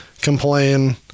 complain